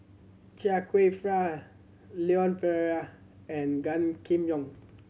Chia Kwek Fah Leon Perera and Gan Kim Yong